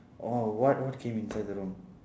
orh what what came inside the room